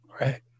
Right